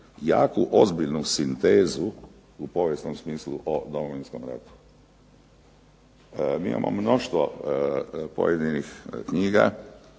jaku ozbiljnu sintezu u povijesnom smislu o Domovinskom ratu. Mi imamo mnoštvo pojedinih knjiga,